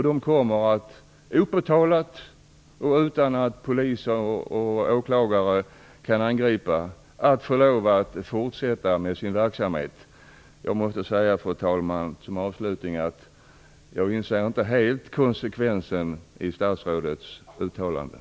De kommer opåtalat och utan att poliser och åklagare kan angripa att få fortsätta med sin verksamhet. Fru talman! Som avslutning måste jag säga att jag inte helt inser konsekvensen i statsrådets uttalanden.